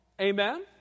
Amen